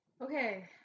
Okay